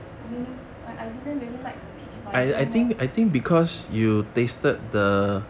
but really I I didn't really like the peach but I drank more